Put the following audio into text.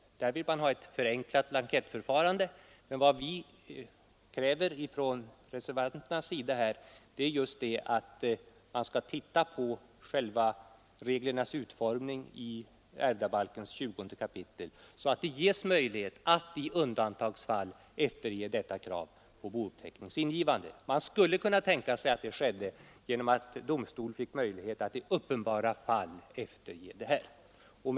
Inom DON strävar man efter ett förenklat blankettförfarande, men vad vi reservanter kräver är att utformningen av reglerna i ärvdabalkens 20 kap. ses över, så att det skapas möjlighet att i undantagsfall efterge kravet på boupptecknings inlämnande. Man skulle kunna tänka sig att detta skedde genom att domstol fick möjlighet att i uppenbara fall efterge skyldigheten.